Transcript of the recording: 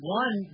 one